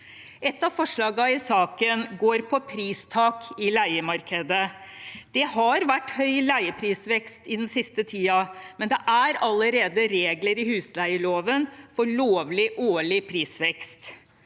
Et av forslagene i saken gjelder pristak i leiemarkedet. Det har vært høy leieprisvekst den siste tiden, men det er allerede regler i husleieloven for lovlig årlig prisvekst.